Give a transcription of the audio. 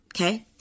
okay